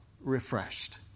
refreshed